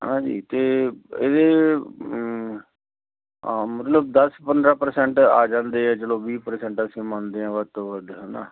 ਹਾਂਜੀ ਅਤੇ ਇਹਦੇ ਮਤਲਬ ਦਸ ਪੰਦਰਾਂ ਪਰਸੈਂਟ ਆ ਜਾਂਦੇ ਹੈ ਚਲੋ ਵੀਹ ਪਰਸੈਂਟ ਅਸੀਂ ਮੰਨਦੇ ਹਾਂ ਵੱਧ ਤੋਂ ਵੱਧ ਹੈ ਨਾ